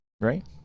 right